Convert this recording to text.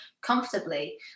comfortably